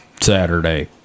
Saturday